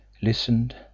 listened